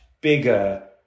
bigger